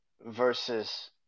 versus